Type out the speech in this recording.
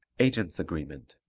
agent's agreement